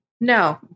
no